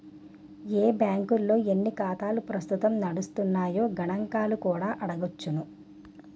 ఏ బాంకుల్లో ఎన్ని ఖాతాలు ప్రస్తుతం నడుస్తున్నాయో గణంకాలు కూడా అడగొచ్చును